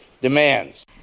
demands